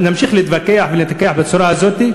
נמשיך להתווכח ולהתווכח בצורה הזאת?